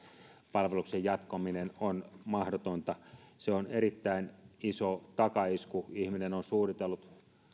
palveluksen jatkaminen on mahdotonta se on erittäin iso takaisku ihminen on suunnitellut